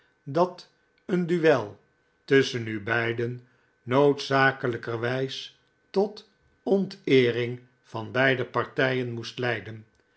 dat een duel tusschen u beiden noodzakelijkerwijs tot onteering van beide partijen moest leiden